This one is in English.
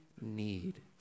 need